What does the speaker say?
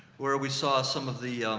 where we saw some of the,